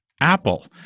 Apple